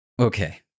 Okay